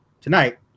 tonight